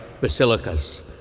basilicas